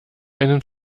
einen